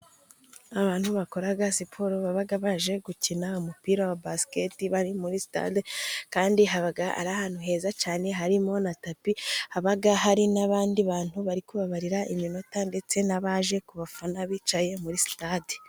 Abantu bakora siporo baba baje gukina umupira wa basiketi, bari muri sitade kandi haba ari ahantu heza cyane. Harimo na tapi haba hari n'abandi bantu bari kubabarira iminota, ndetse n'abaje kubafana bicaye muri sitade.